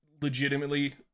legitimately